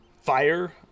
fire